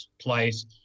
place